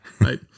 Right